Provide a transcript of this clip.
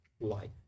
life